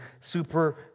super